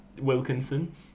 Wilkinson